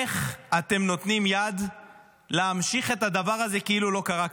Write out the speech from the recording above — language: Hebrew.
איך אתם נותנים יד להמשיך את הדבר הזה כאילו לא קרה כלום?